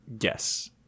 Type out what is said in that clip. Yes